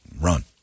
run